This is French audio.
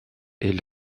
est